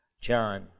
John